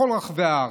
בכל רחבי הארץ.